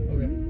Okay